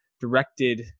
directed